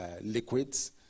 liquids